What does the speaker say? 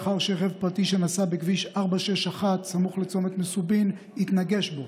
לאחר שרכב פרטי שנסע בכביש 461 סמוך לצומת מסובים התנגש בו.